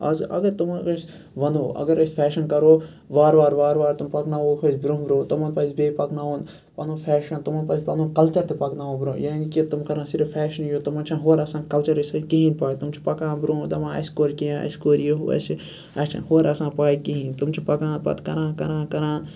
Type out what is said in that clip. آز اَگَر تِمَن أسۍ وَنو اَگَر أسۍ فیشَن کَرو وارٕ وارٕ وارٕ وارٕ تِم پَکناووکھ أسۍ برونٛہہ برونٛہہ تِمَن پَزِ پَکناوُن پَنُن فیشَن پَنُن کَلچَر تہِ پَکناوُن برونٛہہ یہِ نہٕ کینٛہہ تِم کَرَن صرف فیشنٕے یوت تِمَن چھَنہٕ ہورٕ آسان کَلچَرٕچ کِہیٖنۍ پاے تِم چھِ پَکان برونٛہہ دَپان اَسہِ کوٚر کینٛہہ اَسہِ کوٚر ہہُ اَسہِ چھَنہٕ ہورٕ آسان پاے کِہیٖنۍ تِم چھِ پَکان پَتہِ کَران کَران کَران